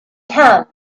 can